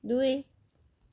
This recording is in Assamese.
দুই